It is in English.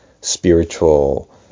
spiritual